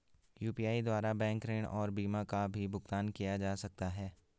UPI द्वारा bank ऋण और बीमा का भी भुगतान किया जा सकता है?